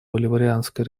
боливарианской